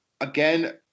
again